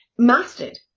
mastered